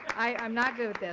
i'm not good with this.